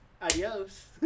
Adios